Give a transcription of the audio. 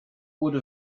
would